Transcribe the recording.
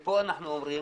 אנחנו אומרים